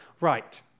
right